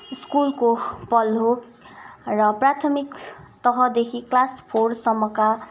स्कुलको पल हो र प्राथमिक तहदेखि क्लास फोरसम्मका